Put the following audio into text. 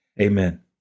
Amen